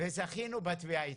וזכינו בה.